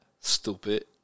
Stupid